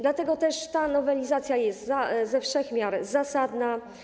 Dlatego też ta nowelizacja jest ze wszech miar zasadna.